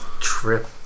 trip